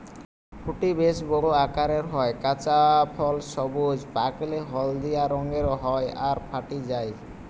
ফুটি বেশ বড় আকারের হয়, কাঁচা ফল সবুজ, পাকলে হলদিয়া রঙের হয় আর ফাটি যায়